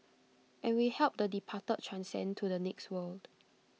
and we help the departed transcend to the next world